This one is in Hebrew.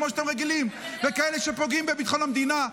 כמו שאתם רגילים, וכאלה שפוגעים בביטחון המדינה.